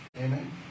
Amen